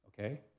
okay